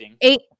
eight